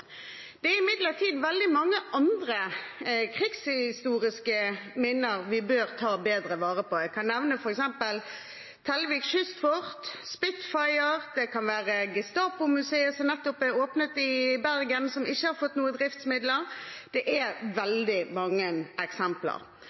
Det er imidlertid veldig mange andre krigshistoriske minner vi bør ta bedre vare på. Jeg kan nevne f.eks. Tellevik kystfort, Spitfire, Gestapomuseet som nettopp åpnet i Bergen, og som ikke har fått noen driftsmidler. Det er veldig mange eksempler.